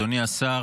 אדוני השר,